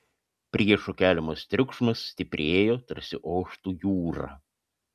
priešo keliamas triukšmas stiprėjo tarsi oštų jūra